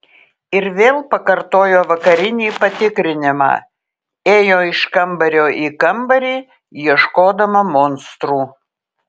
ir vėl pakartojo vakarinį patikrinimą ėjo iš kambario į kambarį ieškodama monstrų